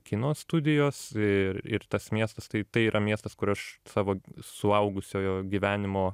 kino studijos ir ir tas miestas tai tai yra miestas kur aš savo suaugusiojo gyvenimo